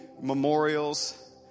memorials